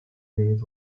unit